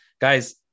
Guys